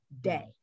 day